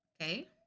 Okay